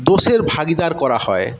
দোষের ভাগীদার করা হয়